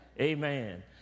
Amen